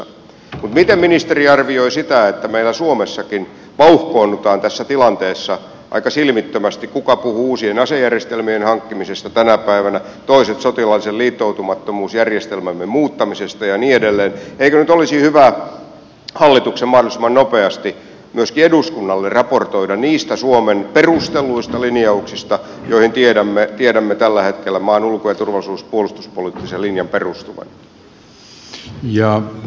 mutta miten ministeri arvioi sitä kun meillä suomessakin vauhkoonnutaan tässä tilanteessa aika silmittömästi kuka puhuu uusien asejärjestelmien hankkimisesta tänä päivänä toiset sotilaallisen liittoutumattomuusjärjestelmämme muuttamisesta ja niin edelleen eikö nyt olisi hyvä hallituksen mahdollisimman nopeasti myöskin eduskunnalle raportoida niistä suomen perustelluista linjauksista joihin tiedämme tällä hetkellä maan ulko ja turvallisuus sekä puolustuspoliittisen linjan perustuvan